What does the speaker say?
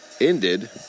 ended